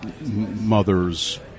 mother's